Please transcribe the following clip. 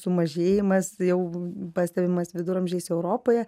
sumažėjimas jau pastebimas viduramžiais europoje